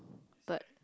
but